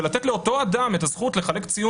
ולתת לאותו אדם את הזכות לחלק ציון